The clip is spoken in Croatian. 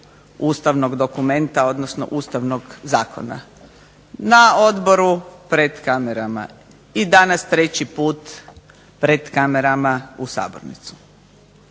ustavnog dokumenta, odnosno Ustavnog zakona. Na odboru pred kamerama i danas treći put pred kamerama u sabornici.